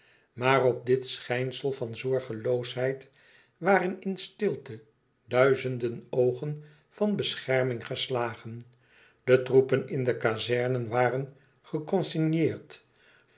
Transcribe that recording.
maar op dit schijnsel van zorgeloosheid waren in stilte duizenden oogen van bescherming geslagen de troepen in de kazernen waren geconsigneerd